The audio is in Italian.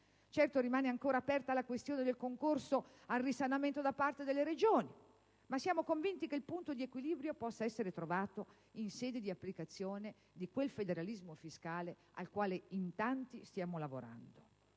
Certo, rimane ancora aperta la questione del concorso al risanamento da parte delle Regioni, ma siamo convinti che il punto di equilibrio possa essere trovato in sede di applicazione di quel federalismo fiscale al quale in tanti stiamo lavorando.